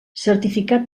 certificat